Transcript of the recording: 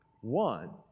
One